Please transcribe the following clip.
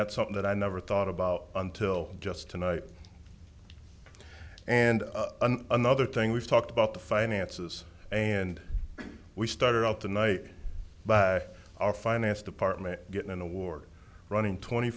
that's something that i never thought about until just tonight and another thing we've talked about the finances and we started out the night by our finance department getting an award running twenty